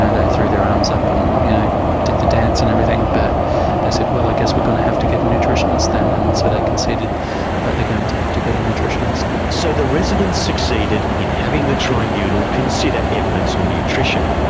they threw their arms up and you know did the dance and everything, but they said, well, i guess we're going to have to get a nutritionist then. and so they conceded that they're going to have to get a nutritionist. so the residents succeeded in having the tribunal consider evidence on nutrition.